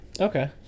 Okay